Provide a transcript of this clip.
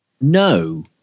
No